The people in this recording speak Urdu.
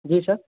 جی سر